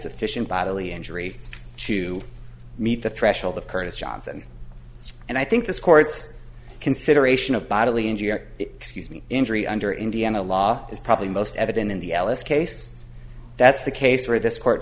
sufficient bodily injury to meet the threshold of curtis johnson and i think this court's consideration of bodily injury or excuse me injury under indiana law is probably most evident in the ellis case that's the case where this court